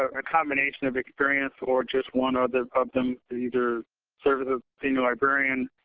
a combination of experience or just one other of them either serve as a senior librarian,